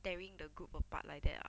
tearing the group apart like that ah